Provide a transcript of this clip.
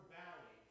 valley